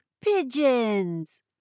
pigeons